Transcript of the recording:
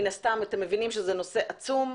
אתם מבינים שזה נושא בעל היקף עצום.